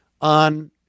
on